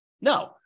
No